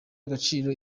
agaciro